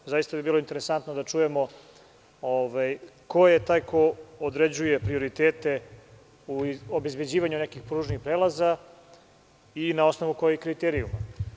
Zaista je bilo interesantno da čujemo ko je taj ko određuje prioritet u obezbeđivanju nekih pružnih prelaza i na osnovu kojih kriterijuma.